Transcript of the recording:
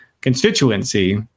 constituency